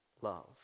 love